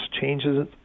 changes